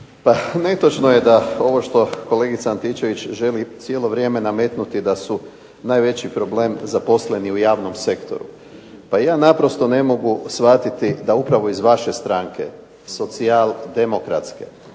Pa netočno je ovo što kolegica Antičević želi cijelo vrijeme nametnuti da su najveći problem zaposleni u javnom sektoru. Pa ja naprosto ne mogu shvatiti da upravo iz vaše stranke Socijaldemokratske